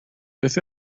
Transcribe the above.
beth